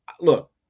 look